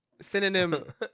Synonym